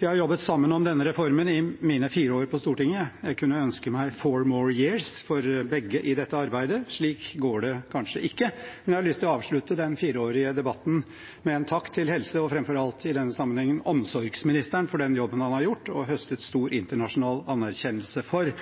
Vi har jobbet sammen om denne reformen i mine fire år på Stortinget. Jeg kunne ønske meg «four more years» for begge i dette arbeidet. Slik går det kanskje ikke. Men jeg har lyst til å avslutte den fireårige debatten med en takk til helse- og framfor alt i denne sammenhengen omsorgsministeren for den jobben han har gjort og høstet stor internasjonal anerkjennelse for.